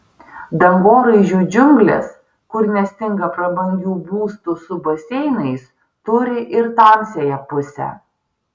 dangoraižių džiunglės kur nestinga prabangių būstų su baseinais turi ir tamsiąją pusę